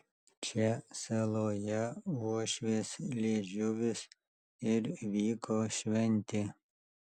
čia saloje uošvės liežuvis ir vyko šventė